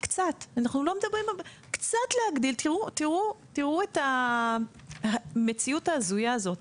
להגדיל תראו את המציאות ההזויה הזאת.